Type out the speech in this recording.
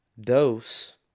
Dose